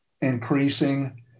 increasing